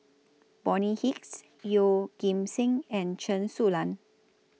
Bonny Hicks Yeoh Ghim Seng and Chen Su Lan